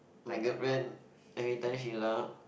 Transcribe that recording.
my girlfriend every time she laugh